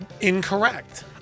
Incorrect